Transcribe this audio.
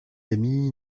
ami